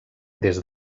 des